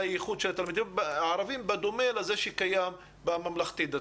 הייחוד של התלמידים הערבים בדומה לזה שקיים בממלכתי דתי?